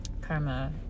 Karma